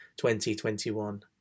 2021